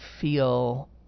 feel